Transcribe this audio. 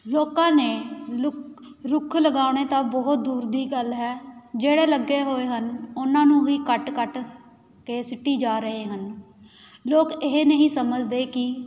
ਲੋਕਾਂ ਨੇ ਲੁਕ ਰੁੱਖ ਲਗਾਉਣੇ ਤਾਂ ਬਹੁਤ ਦੂਰ ਦੀ ਗੱਲ ਹੈ ਜਿਹੜੇ ਲੱਗੇ ਹੋਏ ਹਨ ਉਹਨਾਂ ਨੂੰ ਵੀ ਕੱਟ ਕੱਟ ਕੇ ਸਿੱਟੀ ਜਾ ਰਹੇ ਹਨ ਲੋਕ ਇਹ ਨਹੀਂ ਸਮਝਦੇ ਕਿ